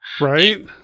Right